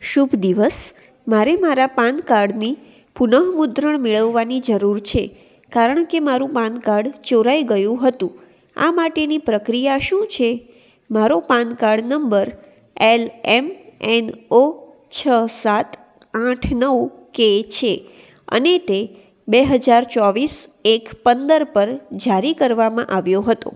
શુભ દિવસ મારી મારા પાન કાર્ડની પુન મુદ્રણ મેળવવાની જરૂર છે કારણ કે મારું પાન કાર્ડ ચોરાઈ ગયું હતું આ માટેની પ્રક્રિયા શું છે મારો PAN card number L M N O છ સાત આઠ નવ કે છે અને તે બે હજાર ચોવીસ એક પંદર પર જારી કરવામાં આવ્યો હતો